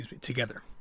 together